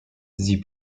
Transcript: sie